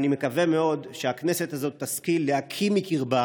אני מקווה מאוד שהכנסת הזאת תשכיל להקיא מקרבה